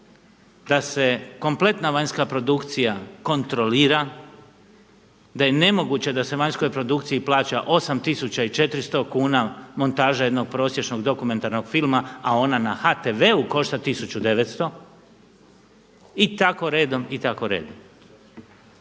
da se kompletna vanjska produkcija kontrolira, da je nemoguće da se vanjskoj produkciji plaća 8 400 kuna montaža jednog prosječnog dokumentarnog filma a ona na HTV-u košta 1 900 i tako redom, i tako redom.